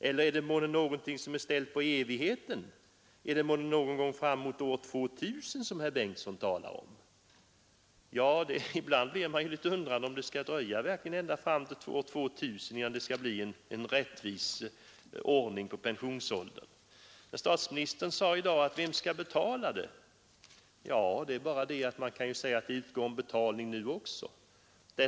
Eller är det månne någonting som är ställt på evigheten, är det månne någon gång fram mot år 2000, som herr Bengtson talar om.” Ja, ibland undrar man om det verkligen skall dröja fram till år 2000 innan det blir en rättvis ordning när det gäller pensionsåldern. Herr statsministern frågade i dag: Vem skall betala denna reform? Det är bara det att man kan säga att det utgår en betalning nu också.